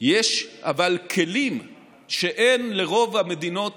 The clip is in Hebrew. יש כלים שאין לרוב המדינות